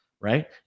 Right